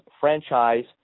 franchise